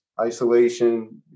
isolation